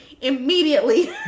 immediately